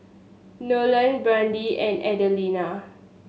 Nolen Brandi and Adelina